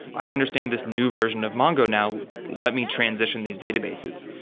i understand this new version of mongo, now let me transition these databases.